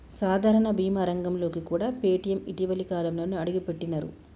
సాధారణ బీమా రంగంలోకి కూడా పేటీఎం ఇటీవలి కాలంలోనే అడుగుపెట్టినరు